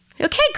Okay